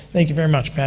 thank you very much,